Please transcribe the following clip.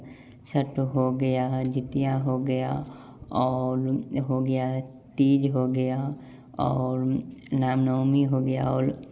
छठ हो गया जितिया हो गया और हो गया तीज हो गया और रामनवमी हो गया और